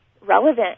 relevant